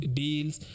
deals